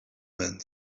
man